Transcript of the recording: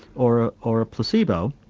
or or a placebo,